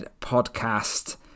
podcast